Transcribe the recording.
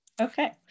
Okay